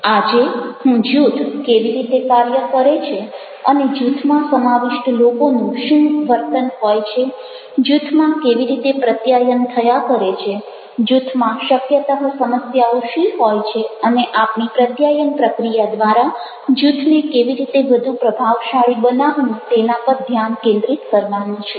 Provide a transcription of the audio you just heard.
આજે હું જૂથ કેવી રીતે કાર્ય કરે છે અને જૂથમાં સમાવિષ્ટ લોકોનું શું વર્તન હોય છે જૂથમાં કેવી રીતે પ્રત્યાયન થયા કરે છે જૂથમાં શક્યતઃ સમસ્યાઓ શી હોય છે અને આપણી પ્રત્યાયન પ્રક્રિયા દ્વારા જૂથને કેવી રીતે વધુ પ્રભાવશાળી બનાવવું તેના પર ધ્યાન કેન્દ્રિત કરવાનો છું